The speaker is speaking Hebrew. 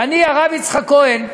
הרב יצחק כהן,